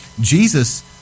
Jesus